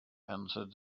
answered